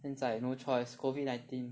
现在 no choice COVID nineteen